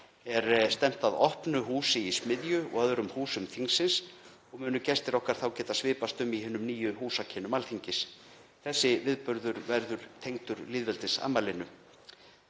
er stefnt að opnu húsi í Smiðju og öðrum húsum þingsins og munu gestir okkar þá geta svipast um í hinum nýju húsakynnum Alþingis. Þessi viðburður verður tengdur lýðveldisafmælinu.